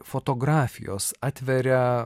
fotografijos atveria